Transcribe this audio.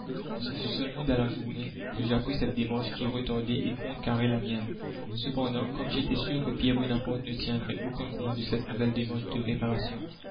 ce fut seulement dans la journée que j'appris cette démarche qui retardait et contre carrait la mienne cependant comme j'étais sûr que pierre bonaparte ne tiendrait aucun compte de cette nouvelle demande la commune de réparation